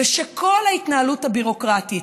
ושכל ההתנהלות הביורוקרטית,